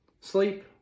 Sleep